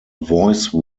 voice